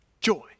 joy